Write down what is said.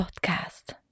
podcast